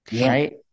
Right